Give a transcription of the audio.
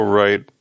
right